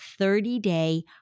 30-day